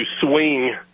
swing